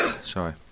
sorry